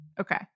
Okay